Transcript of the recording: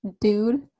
dude